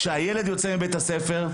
כשהילד יוצא מבית הספר,